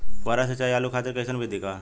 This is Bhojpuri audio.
फुहारा सिंचाई आलू खातिर कइसन विधि बा?